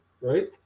right